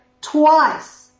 twice